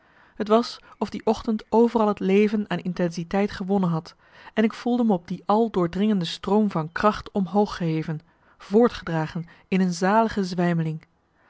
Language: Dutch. t was of die ochtend overal het leven aan intensiteit gewonnen had en ik voelde me op die al doordringende stroom van kracht omhoog geheven voortgedragen in een zalige zwijmeling